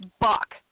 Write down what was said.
buck